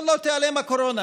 לא, לא תיעלם הקורונה.